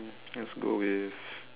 let's go with